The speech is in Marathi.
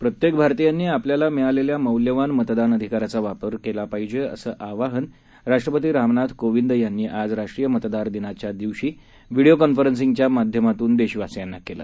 प्रत्येकभारतीयांनीआपल्यालामिळालेल्यामौल्यवानमतदानअधिकाराचाआदरकेलापाहिजेअसंआवाहनराष्ट्रपतीरामनाथकोविंद यांनीआजराष्ट्रीयमतदारदिनाच्यादिवशीव्हिडीओकॉन्फरंसिंगच्यामाध्यामातूनदेशवासीयांनाकेलं